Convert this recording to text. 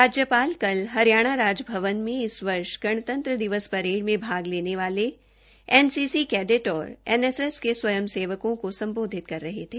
राज्यपाल कल हरियाणा राजभवन में इस वर्ष गणतंत्र दिवस परेड में भाग लेने वाले एनसीसी कैडेट और एनसीसी के स्वयं सेवकों को सम्बोधित कर रहे थे